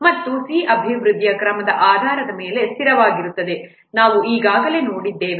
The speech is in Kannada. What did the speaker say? ಮತ್ತು c ಅಭಿವೃದ್ಧಿಯ ಕ್ರಮದ ಆಧಾರದ ಮೇಲೆ ಸ್ಥಿರವಾಗಿರುತ್ತದೆ ನಾವು ಈಗಾಗಲೇ ನೋಡಿದ್ದೇವೆ